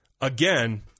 again